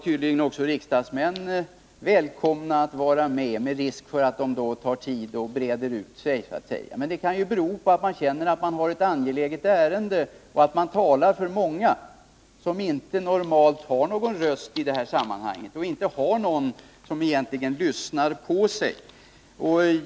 Även riksdagsmän var tydligen välkomna, trots risken för att de tar tid i anspråk och breder ut sig. Men det kan bero på att man känner att man har ett angeläget ärende och att man talar för många, som normalt inte har någon röst i detta sammanhang eller någon som lyssnar.